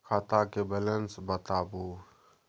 खाता के बैलेंस बताबू?